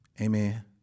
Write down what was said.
Amen